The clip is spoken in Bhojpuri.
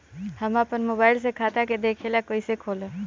हम आपन मोबाइल से खाता के देखेला कइसे खोलम?